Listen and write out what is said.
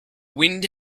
wind